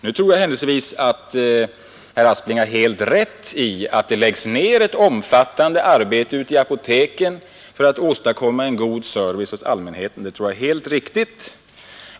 Nu tror jag händelsevis att herr Aspling har alldeles rätt i att det läggs ner ett omfattande arbete i apoteken för att skapa en god service åt allmänheten.